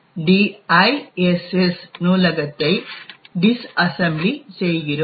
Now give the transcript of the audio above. diss நூலகத்தை disassembly செய்கிறோம்